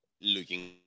looking